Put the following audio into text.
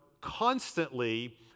constantly